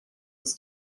was